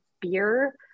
beer